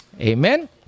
Amen